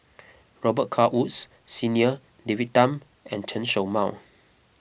Robet Carr Woods Senior David Tham and Chen Show Mao